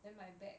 then my back